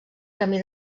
camí